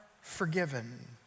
forgiven